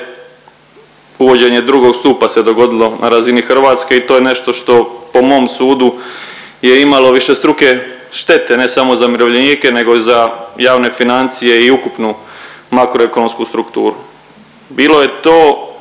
uvođenje II. stupa se dogodilo na razini Hrvatske i to je nešto što po mom sudu je imalo višestruke štete ne samo za umirovljenike nego i za javne financije i ukupnu makroekonomsku strukturu. Bilo je to